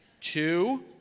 two